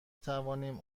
توانیم